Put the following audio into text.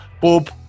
Bob